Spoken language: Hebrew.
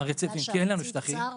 בגלל שהרציף צר?